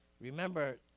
Remember